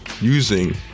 using